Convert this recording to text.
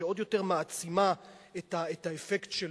שעוד יותר מעצים את האפקט שלו.